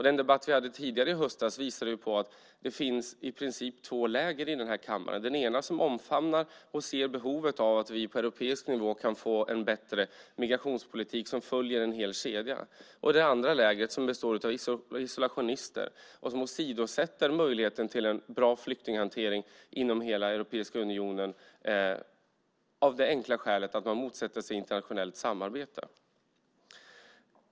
Den debatt vi hade tidigare i höstas visade ju på att det i princip finns två läger i den här kammaren. Det ena omfamnar och ser behovet av att vi på europeisk nivå kan få en bättre migrationspolitik som följer en hel kedja. Det andra lägret består av isolationister som åsidosätter möjligheten till en bra flyktinghantering inom hela Europeiska unionen av det enkla skälet att de motsätter sig internationellt samarbete.